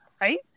Right